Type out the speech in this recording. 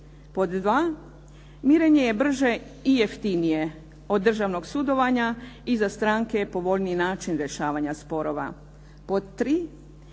Pod 2, mirenje je brže i jeftinije od državnog sudovanja i za stranke je povoljniji način rješavanja sporova.